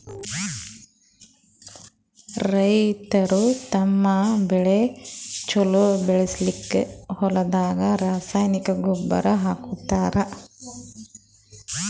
ರೈತರ್ ತಮ್ಮ್ ಬೆಳಿ ಛಲೋ ಬೆಳಿಲಿಕ್ಕ್ ಹೊಲ್ದಾಗ ರಾಸಾಯನಿಕ್ ಗೊಬ್ಬರ್ ಹಾಕ್ತಾರ್